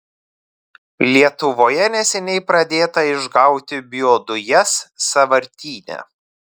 lietuvoje neseniai pradėta išgauti biodujas sąvartyne